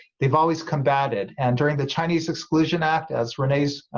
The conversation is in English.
they've always combated and during the chinese exclusion act as renee's